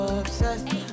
obsessed